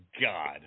God